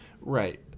right